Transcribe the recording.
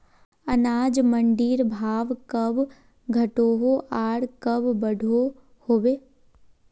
अनाज मंडीर भाव कब घटोहो आर कब बढ़ो होबे?